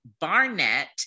Barnett